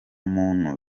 muntu